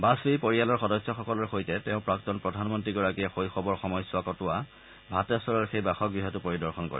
বাজপেয়ীৰ পৰিয়ালৰ সদস্যসকলৰ সৈতে তেওঁ প্ৰাক্তন প্ৰধানমন্ত্ৰীগৰাকীয়ে শৈশৱৰ সময়ছোৱা কটোৱা ভাটেশ্বৰৰ সেই বাসগৃহটো পৰিদৰ্শন কৰে